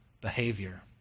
behavior